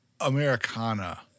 Americana